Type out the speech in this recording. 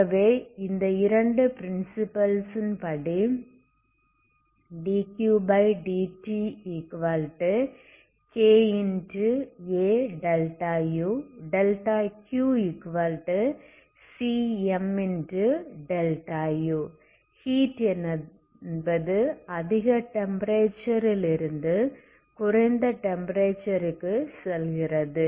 ஆகவே இந்த இரண்டு ப்ரின்சிபிள்ஸ் படி dQdtkAu ∆Qcm∆u ஹீட் என்பது அதிக டெம்ப்பரேச்சரிலிருந்து குறைந்த டெம்ப்பரேச்சர் க்கு செல்கிறது